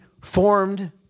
formed